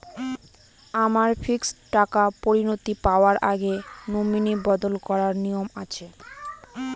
আমার ফিক্সড টাকা পরিনতি পাওয়ার আগে নমিনি বদল করার নিয়ম আছে?